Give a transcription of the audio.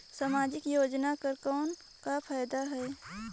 समाजिक योजना कर कौन का फायदा है?